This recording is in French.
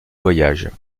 voyages